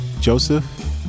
Joseph